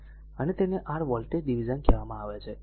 તેથી તેને r voltage division કહેવામાં આવે છે